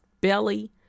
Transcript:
belly